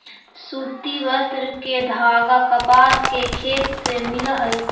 सूति वस्त्र के धागा कपास के खेत से मिलऽ हई